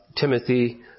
Timothy